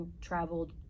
traveled